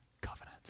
covenant